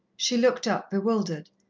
she looked up, bewildered.